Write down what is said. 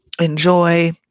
enjoy